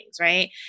right